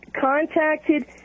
contacted